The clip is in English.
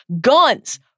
Guns